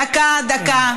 דקה, דקה.